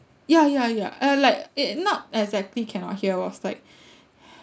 ya ya ya uh like it not exactly cannot hear it was like